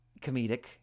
comedic